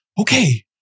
okay